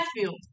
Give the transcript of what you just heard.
field